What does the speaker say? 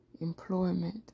employment